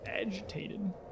agitated